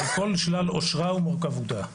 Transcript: על כל שלל עושרה ומורכבותה.